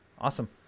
Awesome